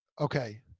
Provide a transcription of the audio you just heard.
Okay